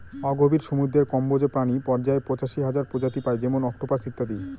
অগভীর সমুদ্রের কম্বজ প্রাণী পর্যায়ে পঁচাশি হাজার প্রজাতি পাই যেমন অক্টোপাস ইত্যাদি